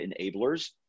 enablers